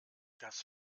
das